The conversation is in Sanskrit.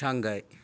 शाङ्गाय्